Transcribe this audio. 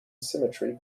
symmetry